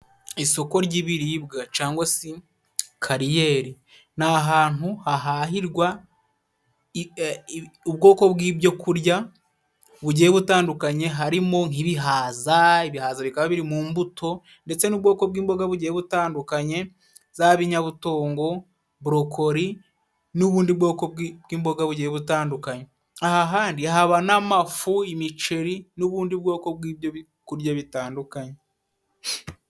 Isoko ry'ibiribwa cangwa se kariyeri ni ahantu hahahirwa ubwoko bw'ibyo kurya bugiye gutandukanye，harimo nk'ibihaza， ibihaza bikaba biri mu mbuto ndetse n'ubwoko bw'imboga bugiye butandukanye，zaba inyabutongo， borokori n'ubundi bwoko bw' imboga bugiye butandukanye. Aha handi haba n'amafu， imiceri n'ubundi bwoko bw'ibyo kurya bitandukanye.